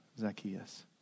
Zacchaeus